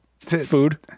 Food